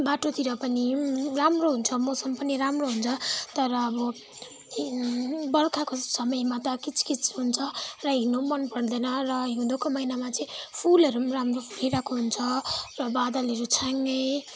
बाटोतिर पनि राम्रो हुन्छ मौसम पनि राम्रो हुन्छ तर अब बर्खाको समयमा त किचकिच हुन्छ र हिँड्नु पनि मन पर्दैन र हिउँदोको महिनामा चाहिँ फुलहरू पनि राम्रो फुलिरहेको हुन्छ र बादलहरू छ्याङ्गै